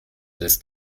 das